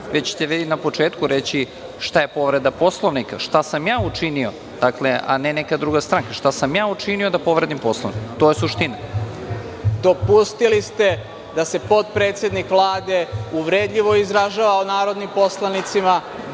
već ćete vi na početku reći šta je povreda Poslovnika, šta sam ja učinio, a neka druga stanka. Šta sam ja učinio da povredim Poslovnik? To je suština.)Dopustili ste da se potpredsednik Vlade uvredljivo izražava o narodnim poslanicima,